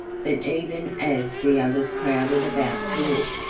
but even as the others crowded about to look,